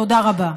תודה רבה.